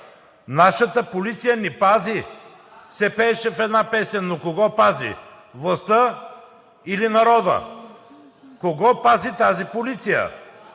„Нашата полиция ни пази!“ се пееше в една песен, но кого пази – властта или народа? Кого пази тази полиция?!